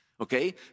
okay